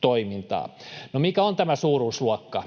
toimintaa. No, mikä on tämä suuruusluokka?